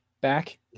back